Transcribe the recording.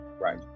Right